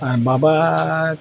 ᱟᱨ ᱵᱟᱵᱟ